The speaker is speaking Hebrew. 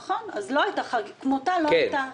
נכון, אז כמותה לא הייתה.